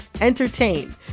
entertain